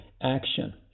action